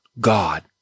God